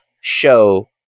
show